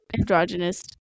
androgynous